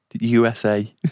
USA